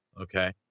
okay